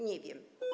Nie wiem.